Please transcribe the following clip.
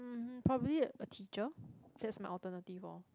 mmhmm probably a teacher that's my alternative orh